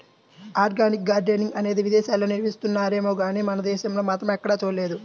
organic gardening అనేది విదేశాల్లో నిర్వహిస్తున్నారేమో గానీ మన దేశంలో మాత్రం ఎక్కడా చూడలేదు